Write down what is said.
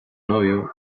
novio